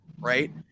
right